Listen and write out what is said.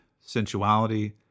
sensuality